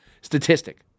statistic